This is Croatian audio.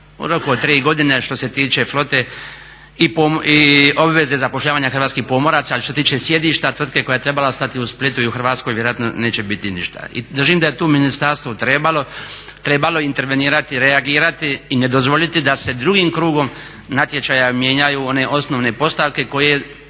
u roku od 3 godine što se tiče flote i obveze zapošljavanje hrvatski pomoraca. Ali što se tiče sjedišta tvrtke koja je trebala ostati u Splitu i u Hrvatskoj vjerojatno neće biti ništa. I držim da je tu ministarstvo trebalo intervenirati, reagirati i ne dozvoliti da se drugim krugom natječaja mijenjaju one osnovne postavke koje